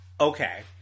Okay